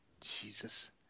Jesus